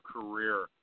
career